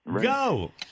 Go